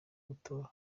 gutora